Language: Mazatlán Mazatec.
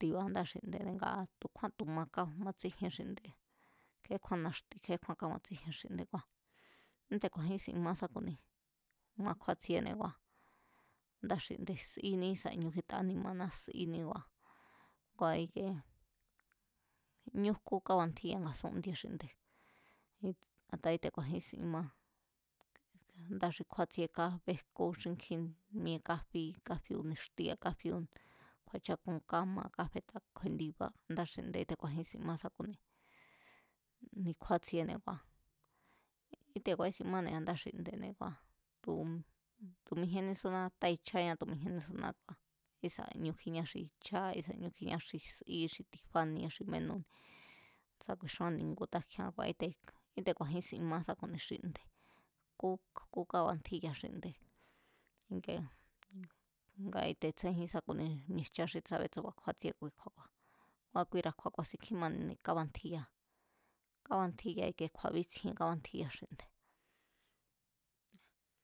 Tiba a̱ndáa̱ xinde̱ne̱ tu̱ kjúán tu̱ ma kámatsíjien xinde̱ ke̱ékjúán naxti kje̱é kjúán kámatsíjien xinde̱ kua̱, kíte̱ ku̱a̱jínsin má sá ku̱ni ma kjúátsiene kua̱ ndáa̱ xinde̱ síní ísa̱ ñu fátaa anima̱na kua̱, kua̱ ikie ñu jkú kábantjíya nga̱súndie xinde̱, a̱ta íte̱ ku̱a̱jínsin má ndáa̱ xi kjuátsiee kábéjku xínkjin míée̱ káfí, káfíu̱ níxtia̱ káfíu̱, kju̱a̱chakun káma káfeta kju̱i̱ndibá, ndáa̱ xinde̱ kíte̱ ku̱a̱jín sin má sá ku̱ni kjúatsíéne̱ kua íkte̱ ku̱a̱ísin máne̱ a̱ndáa̱ xinde̱ne̱ kua̱ tu̱ tu̱mijíénnísúná tái̱chañá tu̱mijíénnísúná kua̱ ísa̱ ñu kjíñá xi cháá kísa̱ ñu kjíña xi sí xi tifánie xi menúu̱ni sá ku̱i̱xúán níngu̱ tákjian kíte̱ ku̱a̱jín sin má sá ku̱ni xi nde̱ jkú, jkú kábantjíya xinde̱ ike nga íte̱ tsénjín sá ku̱ni xi mi̱e̱jchá xi tsabetsu̱ba̱ kjúátsieé kuikju̱a̱, ngua kuira̱ kju̱a̱ ku̱a̱sin kjímanine̱ kabantjíya, kábantjíya kju̱a̱bíntsjien kábantjíya xinde̱.